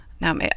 now